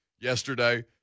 yesterday